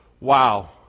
Wow